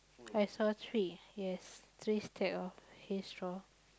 alright I saw three yes three stack of hay straw